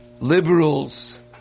liberals